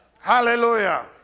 Hallelujah